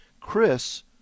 Chris